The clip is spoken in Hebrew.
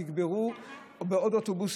תגברו בעוד אוטובוסים,